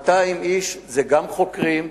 200 איש זה גם חוקרים,